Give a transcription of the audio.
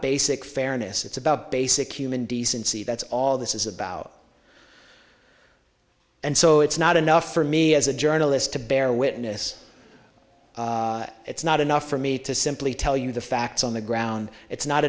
basic fairness it's about basic human decency that's all this is about and so it's not enough for me as a journalist to bear witness it's not enough for me to simply tell you the facts on the ground it's not